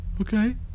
Okay